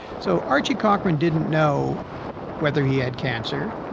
so archie cochrane didn't know whether he had cancer,